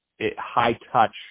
high-touch